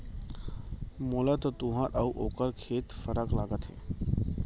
मोला तो तुंहर अउ ओकर खेत फरक लागत हे